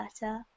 better